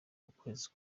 ukwezi